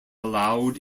allowed